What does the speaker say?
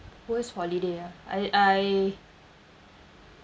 worst holiday ah I I